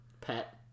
pet